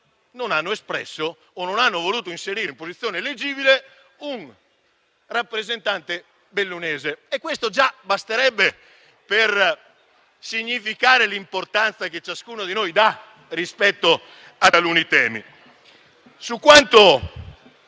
non hanno espresso o non hanno voluto inserire in posizione eleggibile un rappresentante bellunese e questo già basterebbe per significare l'importanza che ciascuno di noi dà rispetto a taluni temi. In questi